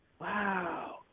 wow